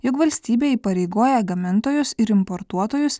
juk valstybė įpareigoja gamintojus ir importuotojus